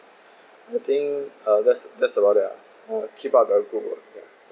I think uh that's that's a lot ya uh keep up the group ya